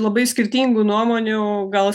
labai skirtingų nuomonių o gal